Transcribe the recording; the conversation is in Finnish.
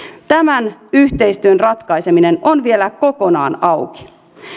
tämän yhteistyön ratkaiseminen on vielä kokonaan auki